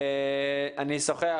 אני אשוחח